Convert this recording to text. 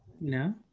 no